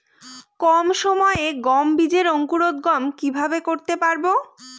কম সময়ে গম বীজের অঙ্কুরোদগম কিভাবে করতে পারব?